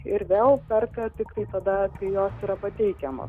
ir vėl perka tiktai tada kai jos yra pateikiamos